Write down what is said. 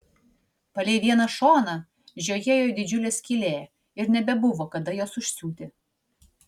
palei vieną šoną žiojėjo didžiulė skylė ir nebebuvo kada jos užsiūti